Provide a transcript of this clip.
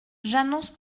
j’annonce